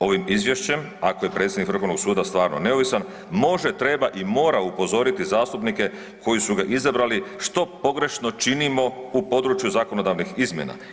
Ovim izvješćem, ako je predsjednik Vrhovnog suda stvarno neovisan, može, treba i mora upozoriti zastupnike koji su ga izabrali što pogrešno činimo u području zakonodavnih izmjena.